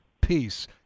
Peace